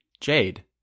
Jade